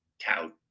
tout